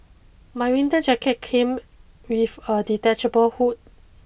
my winter jacket came with a detachable hood